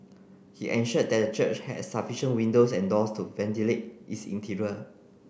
he ensured that the church had sufficient windows and doors to ventilate its interior